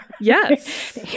Yes